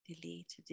delete